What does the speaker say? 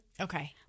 Okay